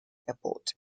airport